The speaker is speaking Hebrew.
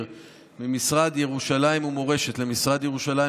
להעביר ממשרד ירושלים ומורשת למשרד ירושלים